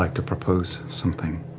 like to propose something,